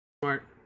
smart